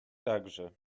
także